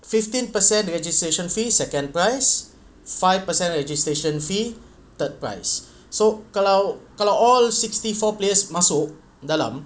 fifteen percent the registration fee second prize five percent registration fee third prize so kalau kalau all sixty four players masuk dalam